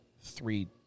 three